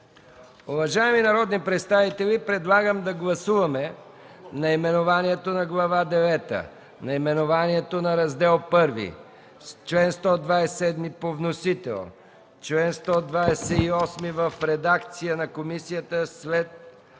Уважаеми народни представители, предлагам да гласуваме наименованието на Глава девета, наименованието на Раздел I, чл. 127 по вносител, чл. 128 в редакция на комисията след